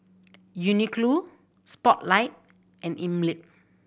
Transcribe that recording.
Uniqlo Spotlight and Einmilk